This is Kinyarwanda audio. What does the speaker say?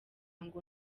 ngo